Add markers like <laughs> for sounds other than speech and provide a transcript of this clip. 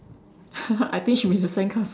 <laughs> I think should be the sandcastle